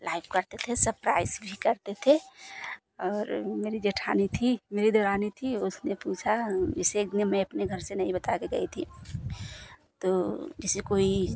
live करते थे surprise भी करते थे और मेरी जेठानी थी मेरी देवरानी थी उसमें पूछा इसे इतने मैं अपने घर से नहीं बता के गई थी तो जैसे कोई